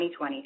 2020